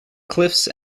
cliffs